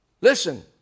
Listen